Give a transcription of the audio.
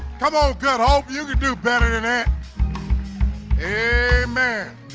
come on cut. hope you can do better than that amen